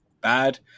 bad